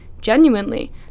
genuinely